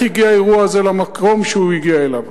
הגיע האירוע הזה למקום שהוא הגיע אליו.